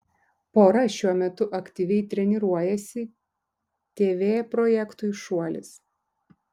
pora šiuo metu aktyviai treniruojasi tv projektui šuolis